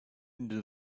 into